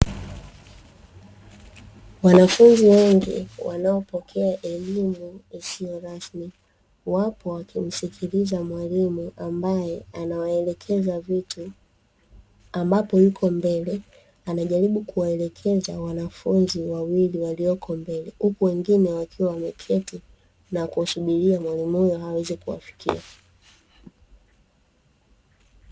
Wanafunzi wengi wanaopokea elimu isiyorasmi, wapo wakimsikiliza mwalimu ambaye anawaelekeza vitu. Ambapo yuko mbele anajaribu kuwaelekeza wanafunzi wawili waliopo mbele, huku wengine wakiwa wameketi na kumsubiria mwalimu huyo aweze kuwafikia.